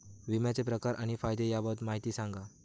विम्याचे प्रकार आणि फायदे याबाबत माहिती सांगा